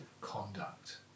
conduct